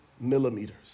millimeters